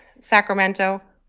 sacramento,